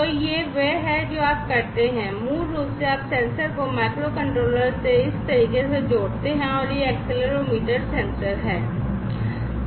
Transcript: तो यह वह है जो आप करते हैं मूल रूप से आप सेंसर को माइक्रोकंट्रोलर से इस तरीके से जोड़ते हैं यह एक्सेलेरोमीटर सेंसर है